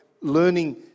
learning